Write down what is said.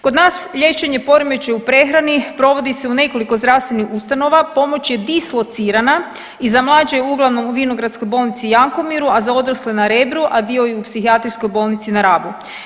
Kod nas liječenje poremećaja u prehrani provodi se u nekoliko zdravstvenih ustanova, pomoć je dislocirana i za mlađe je uglavnom u Vinogradskoj bolnici i Jankomiru, a za odrasle na Rebru, a dio i u Psihijatrijskoj bolnici na Rabu.